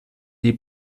die